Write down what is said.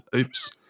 Oops